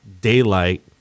daylight